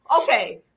okay